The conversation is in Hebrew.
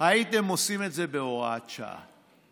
הייתם עושים את זה בהוראת שעה.